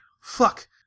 fuck